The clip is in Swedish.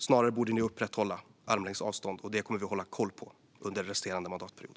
Snarare borde ni upprätthålla armlängds avstånd, och det kommer vi att hålla koll på under resterande mandatperiod.